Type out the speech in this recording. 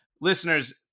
Listeners